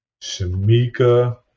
Shamika